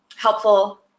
helpful